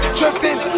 drifting